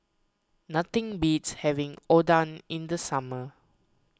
nothing beats having Oden in the summer